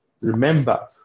Remember